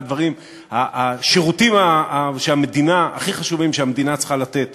אחד השירותים הכי חשובים שהמדינה צריכה לתת